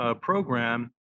program